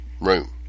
room